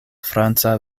franca